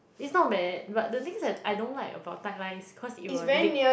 it's not bad but the thing is I don't like about tightline is cause it will leak